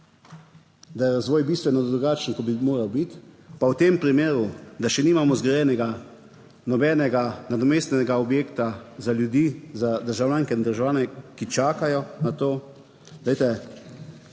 da je razvoj bistveno drugačen kot bi moral biti, pa v tem primeru, da še nimamo zgrajenega nobenega nadomestnega objekta za ljudi, za državljanke in državljane, ki čakajo na to. Glejte,